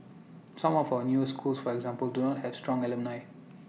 some of our new schools for example do not have strong alumni